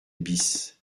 bis